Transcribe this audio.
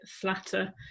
flatter